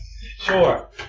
Sure